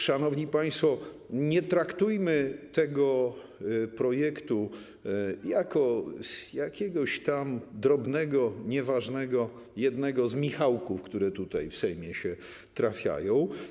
Szanowni państwo, nie traktujmy tego projektu jak jakiegoś tam drobnego, nieważnego, jak jednego z michałków, które tutaj, w Sejmie, się trafiają.